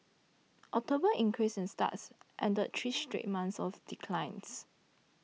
October's increase in starts ended three straight months of declines